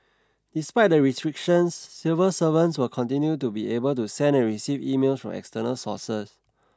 despite the restrictions civil servants will continue to be able to send and receive email from external sources